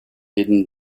hidden